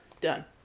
Done